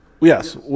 Yes